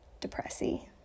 depressy